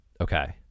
Okay